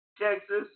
Texas